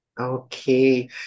Okay